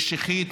משיחית,